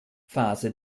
phase